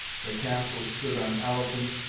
the castles stood on elephants,